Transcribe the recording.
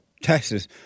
Texas